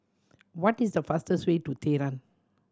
what is the fastest way to Tehran